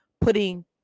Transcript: putting